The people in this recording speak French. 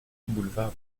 boulevard